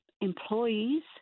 employees